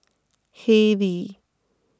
Haylee